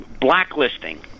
blacklisting